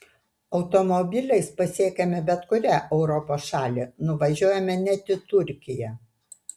automobiliais pasiekiame bet kurią europos šalį nuvažiuojame net į turkiją